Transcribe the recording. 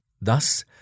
Thus